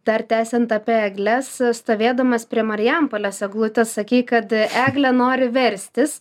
dar tęsiant apie egles stovėdamas prie marijampolės eglutės sakei kad eglė nori verstis